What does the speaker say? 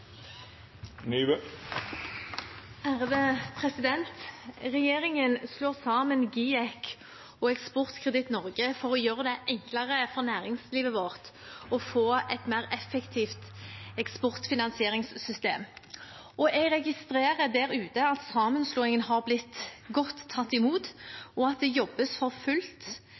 å gjøre det enklere for næringslivet vårt og få et mer effektivt eksportfinansieringssystem. Jeg registrerer at sammenslåingen er blitt tatt godt imot der ute, og at det jobbes for fullt